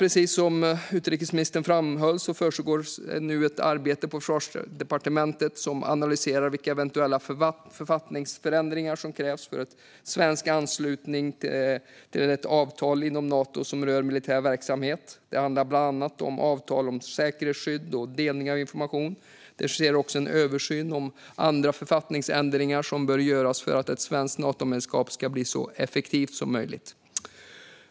Precis som utrikesministern framhöll pågår nu ett arbete på Försvarsdepartementet med att analysera vilka eventuella författningsförändringar som krävs för svensk anslutning till ett avtal inom Nato som rör militär verksamhet. Det handlar bland annat om avtal om säkerhetsskydd och delning av information. Det sker också en översyn i fråga om andra författningsändringar som bör göras för att ett svenskt Natomedlemskap ska bli så effektivt som möjligt.